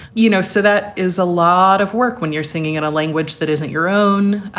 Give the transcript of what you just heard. you know, so that is a lot of work when you're singing in a language that isn't your own.